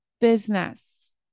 business